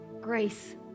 Grace